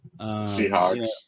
Seahawks